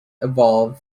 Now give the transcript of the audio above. evolved